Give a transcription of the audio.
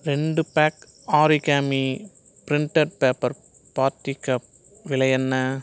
ரெண்டு pack origami printed paper party cup விலை என்ன